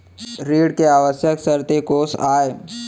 ऋण के आवश्यक शर्तें कोस आय?